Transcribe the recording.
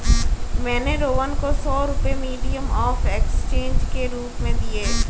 मैंने रोहन को सौ रुपए मीडियम ऑफ़ एक्सचेंज के रूप में दिए